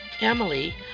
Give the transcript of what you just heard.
Emily